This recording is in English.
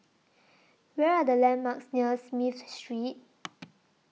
Where Are The landmarks near Smith Street